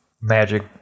magic